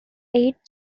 eight